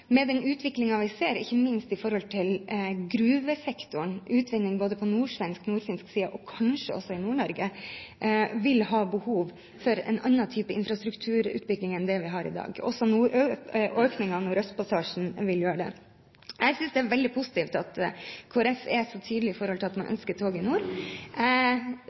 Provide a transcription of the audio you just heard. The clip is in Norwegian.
Med den utviklingen vi ser, ikke minst i gruvesektoren, med utvinning både på nordsvensk og nordfinsk side, og kanskje også i Nord-Norge, vil vi ha behov for en annen type infrastrukturutvikling enn det vi har i dag. Også økningen når det gjelder Nordøstpassasjen, vil føre til det. Jeg synes det er veldig positivt at Kristelig Folkeparti er så tydelig på at man ønsker tog i nord.